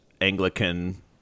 Anglican